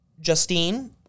Justine